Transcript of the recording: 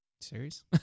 serious